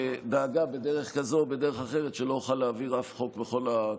שדאגה בדרך כזאת או בדרך אחרת שלא אוכל להעביר שום חוק בכל הקדנציה.